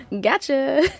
Gotcha